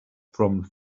from